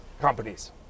companies